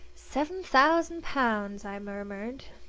seven thousand pounds! i murmured.